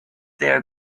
their